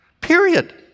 Period